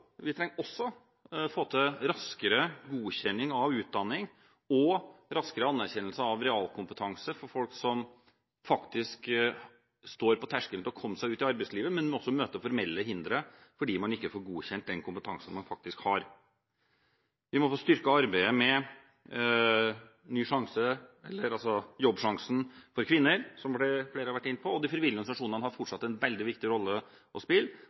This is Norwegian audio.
raskere anerkjennelse av realkompetanse for folk som faktisk står på terskelen til å komme seg ut i arbeidslivet, men som møter formelle hindre fordi man ikke får godkjent den kompetansen man faktisk har. Vi må få styrket arbeidet med Jobbsjansen for kvinner, som flere har vært inne på, og de frivillige organisasjonene har fortsatt en veldig viktig rolle å spille.